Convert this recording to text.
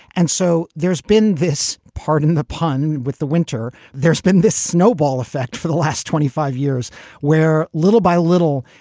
and so there's been this. pardon the pun with the winter. there's been this snowball effect for the last twenty five years where little by little,